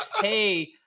hey